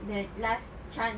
that last chance